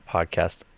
Podcast